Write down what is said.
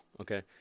Okay